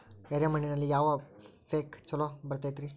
ಎರೆ ಮಣ್ಣಿನಲ್ಲಿ ಯಾವ ಪೇಕ್ ಛಲೋ ಬರತೈತ್ರಿ?